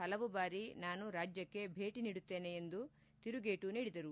ಪಲವು ಬಾರಿ ನಾನು ರಾಜ್ಞಕ್ಕೆ ಭೇಟಿ ನೀಡುತ್ತೇನೆ ಎಂದು ತಿರುಗೇಟು ನೀಡಿದರು